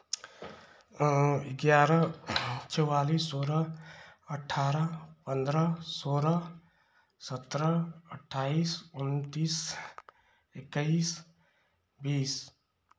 ग्यारह चौवालीस सोलह अठारह पंद्रह सोलह सत्रह अठ्ठाईस उन्तीस इक्कीस बीस